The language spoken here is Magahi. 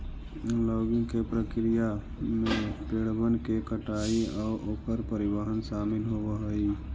लॉगिंग के प्रक्रिया में पेड़बन के कटाई आउ ओकर परिवहन शामिल होब हई